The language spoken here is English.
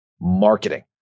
marketing